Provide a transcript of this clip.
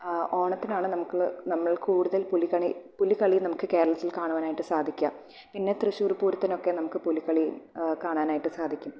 ഓണത്തിനാണ് നമുക്ക് നമ്മൾ കൂടുതൽ പുലിക്കളി പുലിക്കളി നമുക്ക് കേരളത്തിൽ കാണുവാനായിട്ട് സാധിക്കുക പിന്നെ തൃശ്ശൂർ പൂരത്തിനൊക്കെ നമുക്ക് പുലിക്കളി കാണാനായിട്ട് സാധിക്കും